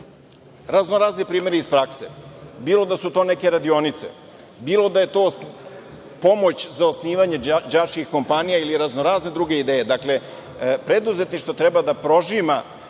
raznorazni primeri iz prakse, bilo da su to neke radionice, bilo da je to pomoć za osnivanje đačkih kompanija ili raznorazne druge ideje. Dakle, preduzetništvo treba da prožima